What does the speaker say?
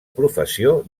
professió